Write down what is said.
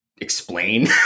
explain